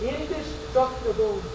indestructible